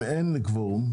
אם אין קבורום,